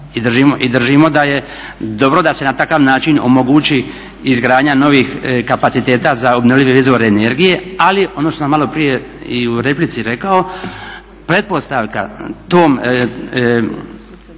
i držimo da je dobro da se na takav način omogući izgradnja novih kapaciteta za obnovljive izvore energije, ali ono što sam malo prije i u replici rekao pretpostavka tom